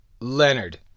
Leonard